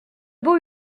beaux